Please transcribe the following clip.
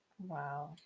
wow